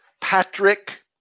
Patrick